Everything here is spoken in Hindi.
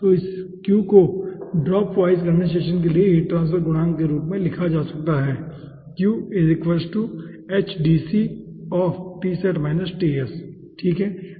तो इसे q को ड्रॉप वाइज कंडेनसेशन के लिए हीट ट्रांसफर गुणांक के रूप में लिखा जा सकता है ठीक है